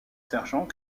sergent